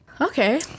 okay